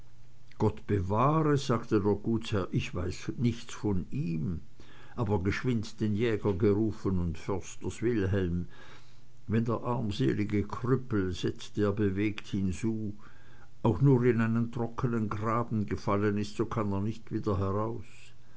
gott bewahre sagte der gutsherr ich weiß nichts von ihm aber geschwind den jäger gerufen und försters wilhelm wenn der armselige krüppel setzte er bewegt hinzu auch nur in einen trockenen graben gefallen ist so kann er nicht wieder heraus